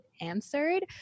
answered